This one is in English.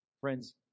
Friends